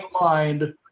mind